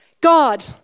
God